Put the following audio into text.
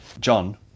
John